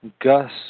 Gus